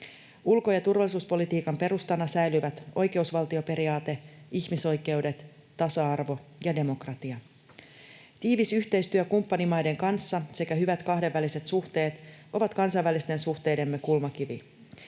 Ulko- ja turvallisuuspolitiikan perustana säilyvät oikeusvaltioperiaate, ihmisoikeudet, tasa-arvo ja demokratia. Tiivis yhteistyö kumppanimaiden kanssa sekä hyvät kahdenväliset suhteet ovat kansainvälisten suhteidemme kulmakivi.